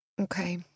Okay